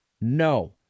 No